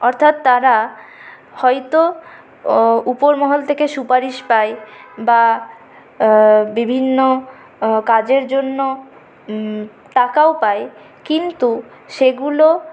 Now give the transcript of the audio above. অর্থাৎ তারা হয় তো উপরমহল থেকে সুপারিশ পায় বা বিভিন্ন কাজের জন্য টাকাও পায় কিন্তু সেগুলো